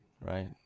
right